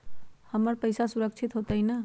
हमर पईसा सुरक्षित होतई न?